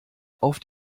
auf